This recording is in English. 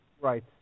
Right